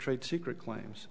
trade secret claims